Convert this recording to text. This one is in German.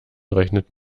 rechnet